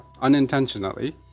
unintentionally